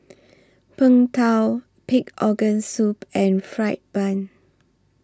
Png Tao Pig'S Organ Soup and Fried Bun